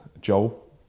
Joel